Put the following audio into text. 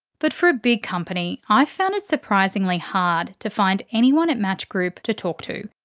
but for a big company, i've found it surprisingly hard to find anyone at match group to talk to.